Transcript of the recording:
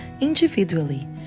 individually